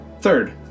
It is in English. Third